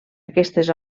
aquestes